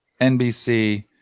NBC